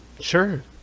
Sure